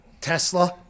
Tesla